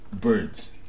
birds